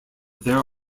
there